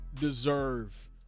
deserve